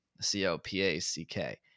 c-o-p-a-c-k